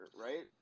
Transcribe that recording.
right